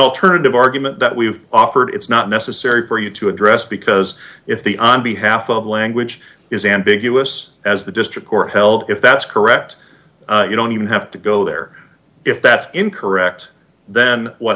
alternative argument that we've offered it's not necessary for you to address because if the on behalf of language is ambiguous as the district court held if that's correct you don't even have to go there if that's incorrect then what